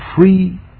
free